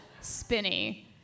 Spinny